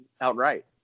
outright